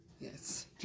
Yes